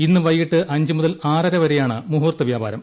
ഇന്ന് വൈകിട്ട് അഞ്ച് മുതൽ ആറര വരെയാണ് മുഹൂർത്ത വ്യാപാരം